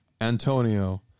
Antonio